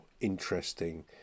interesting